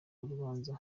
urubanza